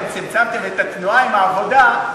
אתם צמצמתם את התנועה עם העבודה,